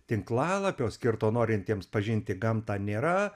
tinklalapio skirto norintiems pažinti gamtą nėra